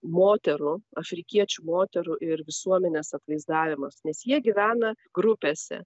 moterų afrikiečių moterų ir visuomenės atvaizdavimas nes jie gyvena grupėse